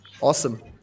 Awesome